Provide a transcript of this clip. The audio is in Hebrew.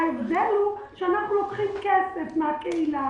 ההבדל הוא שאנחנו לוקחים כסף מהקהילה,